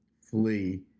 flee